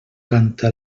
canta